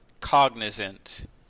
cognizant